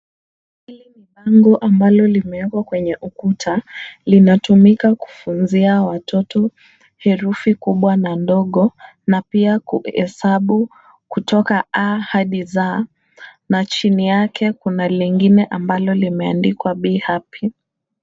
Hili ni bango amablo limewekwa kwenye ukuta, linalotumika kufunzia watoto herufi kubwa na ndogo, na pia hesabu kutoka A hadi Z, na chini yake kuna lingine ambalo limeandikwa be happy .